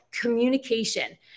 communication